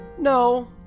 No